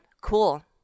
cool